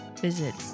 visit